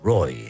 Roy